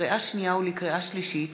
לקריאה שנייה ולקריאה שלישית: